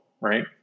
right